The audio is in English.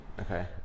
Okay